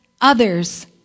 others